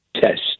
test